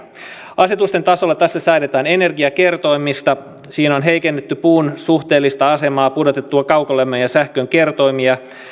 asetusten tasolla tässä säädetään energiakertoimista siinä on heikennetty puun suhteellista asemaa pudotettu kaukolämmön ja sähkön kertoimia